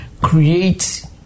create